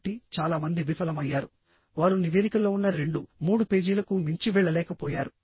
కాబట్టి చాలా మంది విఫలమయ్యారు వారు నివేదికలో ఉన్న రెండు మూడు పేజీలకు మించి వెళ్ళలేకపోయారు